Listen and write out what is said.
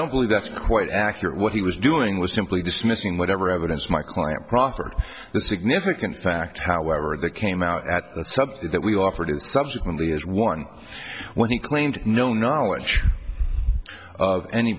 don't believe that's quite accurate what he was doing was simply dismissing whatever evidence my client proffered the significant fact however that came out at the sub that we offered it subsequently as one when he claimed no knowledge of any